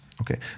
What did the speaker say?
okay